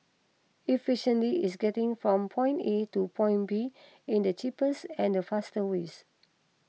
efficiency is getting from point A to point B in the cheapest and fastest ways